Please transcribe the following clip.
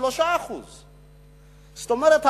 3%. זאת אומרת,